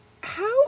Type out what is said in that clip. How